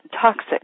toxic